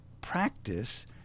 practice